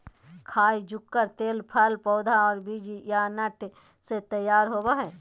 खाय जुकुर तेल फल पौधा और बीज या नट से तैयार होबय हइ